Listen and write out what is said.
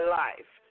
life